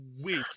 wait